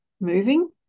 moving